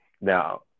now